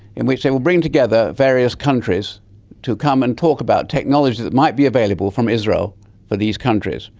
in which they will bring together various countries to come and talk about technologies that might be available from israel for these countries.